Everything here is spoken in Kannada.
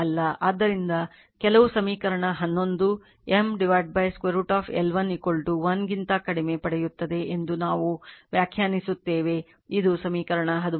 ಆದ್ದರಿಂದ ಕೆಲವು ಸಮೀಕರಣ 11 M √ L1 1 ಗಿಂತ ಕಡಿಮೆ ಪಡೆಯುತ್ತದೆ ಎಂದು ನಾವು ವ್ಯಾಖ್ಯಾನಿಸುತ್ತೇವೆ ಇದು ಸಮೀಕರಣ 13